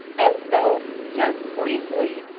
and so just briefly,